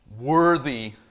worthy